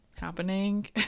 happening